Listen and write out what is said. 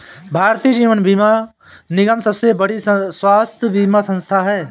भारतीय जीवन बीमा निगम सबसे बड़ी स्वास्थ्य बीमा संथा है